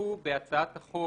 הוספו בהצעת החוק